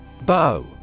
Bow